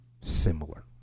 similar